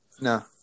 no